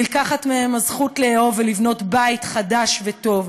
נלקחת מהם הזכות לאהוב ולבנות בית חדש וטוב,